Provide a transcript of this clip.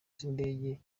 z’indege